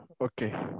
Okay